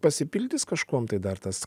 pasipildys kažkuom tai dar tas